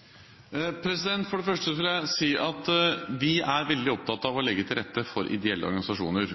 kua. For det første vil jeg si at vi er veldig opptatt av å legge til rette for ideelle organisasjoner,